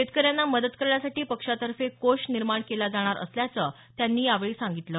शेतकऱ्यांना मदत करण्यासाठी पक्षातर्फे कोष निर्माण केला जाणार असल्याचं त्यांनी यावेळी सांगितलं